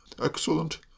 Excellent